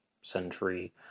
century